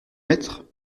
maître